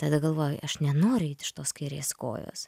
tada galvoju aš nenoriu eit iš tos kairės kojos